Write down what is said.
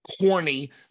corny